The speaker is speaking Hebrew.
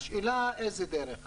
השאלה באיזה דרך.